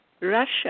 Russia